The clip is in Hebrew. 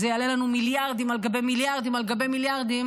זה יעלה לנו מיליארדים על גבי מיליארדים על גבי מיליארדים